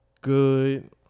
good